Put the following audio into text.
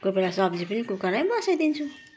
कोही बेला सब्जी पनि कुकरमै बसाइदिन्छु